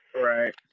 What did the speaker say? Right